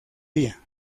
día